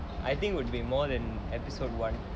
I think it would be more than episode one